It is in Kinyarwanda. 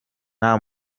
nta